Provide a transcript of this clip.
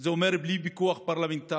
זה אומר בלי פיקוח פרלמנטרי.